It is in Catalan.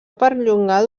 perllongar